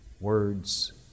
words